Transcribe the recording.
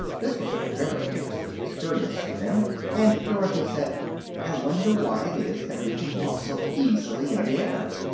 this was a very interesting experience to them, and dorothy said i wonder why it is that we can walk so easily in the air.